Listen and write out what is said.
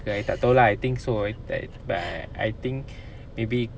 I tak tahu lah I think so but I think maybe